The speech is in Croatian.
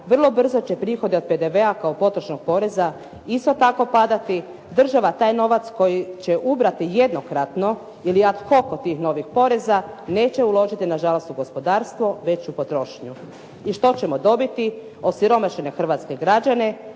vrlo brzo će prihodi od PDV-a kao potrošnog poreza isto tako padati, država taj novac koji će ubrati jednokratno ili ad hoc od tih novih poreza neće uložiti nažalost u gospodarstvo već u potrošnju. I što ćemo dobiti? Osiromašene hrvatske građane,